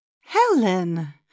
Helen